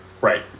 Right